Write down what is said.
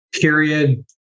period